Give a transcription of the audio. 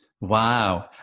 Wow